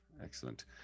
Excellent